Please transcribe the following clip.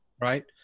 right